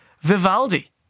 Vivaldi